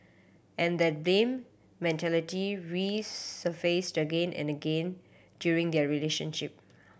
and that blame mentality resurfaced again and again during their relationship